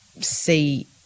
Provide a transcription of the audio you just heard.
see